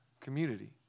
community